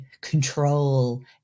control